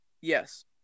Yes